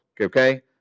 Okay